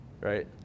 right